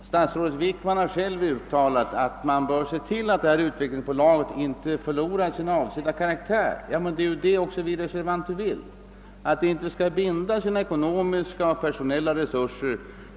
Statsrådet Wickman har uttalat att man då bör se till att detta utvecklingsbolag inte förlorar den karaktär som man avsett att det skall få. Men det önskar ju också vi reser vanter.